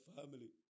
family